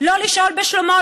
לא לשאול בשלומו,